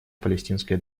палестинской